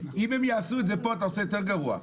אם הם יעשו את זה פה אתה עושה יותר גרוע.